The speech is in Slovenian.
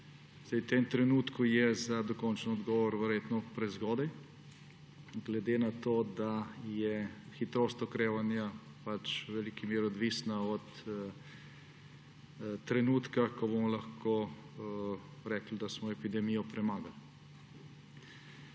V tem trenutku je za dokončen odgovore verjetno prezgodaj, glede na to da je hitrost okrevanja v veliki meri odvisna od trenutka, ko bomo lahko rekli, da smo epidemijo premagali.